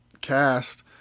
cast